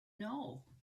know